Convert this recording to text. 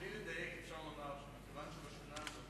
בלי לדייק אפשר לומר שמכיוון שבשנה הזאת